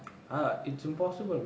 ah it's impossible man